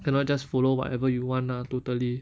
cannot just follow whatever you want ah totally